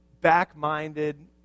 back-minded